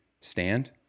stand